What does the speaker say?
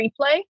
replay